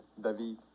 David